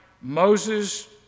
Moses